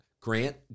Grant